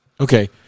Okay